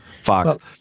fox